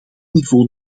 niveau